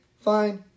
fine